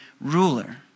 ruler